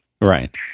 Right